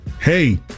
hey